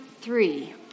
three